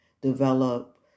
develop